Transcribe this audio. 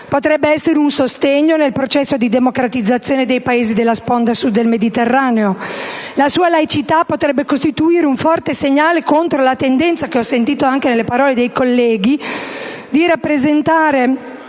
potrebbe essere un sostegno al processo di democratizzazione dei Paesi della sponda Sud del Mediterraneo. La sua laicità potrebbe costituire un forte segnale contro la tendenza - che ho sentito anche nelle parole dei colleghi - di rappresentare